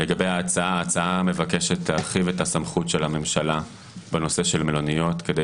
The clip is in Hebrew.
ההצעה מבקשת להרחיב את הסמכות של הממשלה בנושא של מלוניות כדי